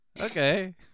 okay